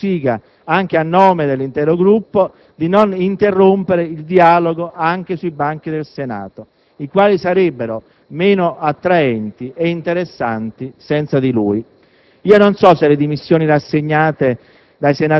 Mi posso quindi permettere ora di chiedere al presidente Cossiga, anche a nome dell'intero Gruppo, di non interrompere il dialogo, anche sui banchi del Senato, i quali sarebbero meno attraenti e interessanti senza di lui.